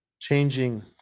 changing